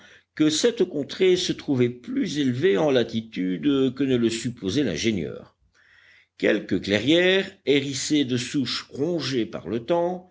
que cette contrée se trouvait plus élevée en latitude que ne le supposait l'ingénieur quelques clairières hérissées de souches rongées par le temps